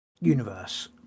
universe